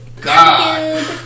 God